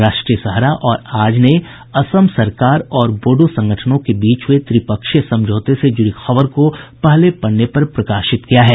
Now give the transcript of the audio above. राष्ट्रीय सहारा और आज ने असम सरकार और बोडो संगठनों के बीच हुये त्रिपक्षीय समझौते से जुड़ी खबर को पहले पन्ने पर प्रकाशित किया है